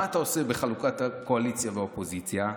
מה אתה עושה בחלוקה לקואליציה ולאופוזיציה?